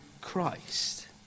Christ